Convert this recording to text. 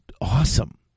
awesome